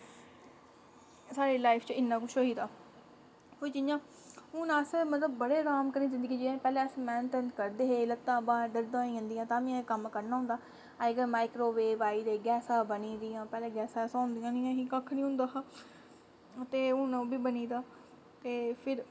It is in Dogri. साढ़ी लाइफ च इ'न्ना कुछ होई दा कोई जि'यां हून अस मतलब बडे़ आराम कन्नै जिंदगी जि'यां ने पैह्लें अस मैह्नत करदे हे लत्तां बांह दर्दा होई जंदिया तां बी कम्म करना होंदा अज्जकल माइक्रोवेव आई गेदे गैसां बनी गेदियां पैह्लें गैसां होंदी नेईं हियां कक्ख नेईं होंदा हा ते हून ओह् बी बनी गेदा ते फिर